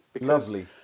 Lovely